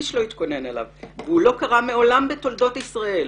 איש לא התכונן אליו והוא לא קרה מעולם בתולדות ישראל